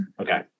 Okay